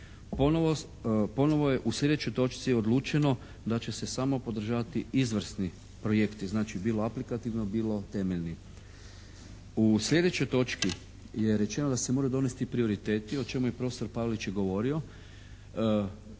Ponovo je u sljedećoj točci odlučeno da će se samo podržavati izvrsni projekti, znači bilo aplikativno, bilo temeljni. U sljedećoj točki je rečeno da se moraju donesti prioriteti o čemu je prof. Pavelić i govorio.